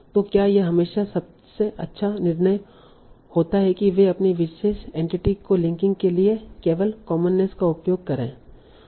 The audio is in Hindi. तो क्या यह हमेशा सबसे अच्छा निर्णय होता है कि वे अपनी विशेष एंटिटी को लिंकिंग के लिए केवल कॉमननेस का उपयोग करें